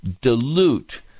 dilute